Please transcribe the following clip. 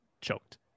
choked